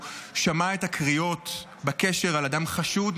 הוא שמע את הקריאות בקשר על אדם חשוד,